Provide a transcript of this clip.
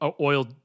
oil